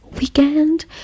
weekend